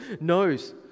knows